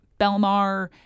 Belmar